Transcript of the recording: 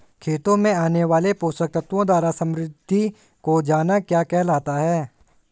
खेतों में आने वाले पोषक तत्वों द्वारा समृद्धि हो जाना क्या कहलाता है?